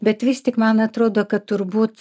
bet vis tik man atrodo kad turbūt